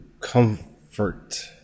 comfort